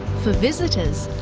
for visitors,